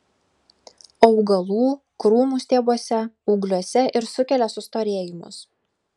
augalų krūmų stiebuose ūgliuose ir sukelia sustorėjimus